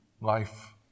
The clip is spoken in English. life